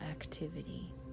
activity